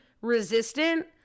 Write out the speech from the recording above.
resistant